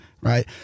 right